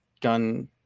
gun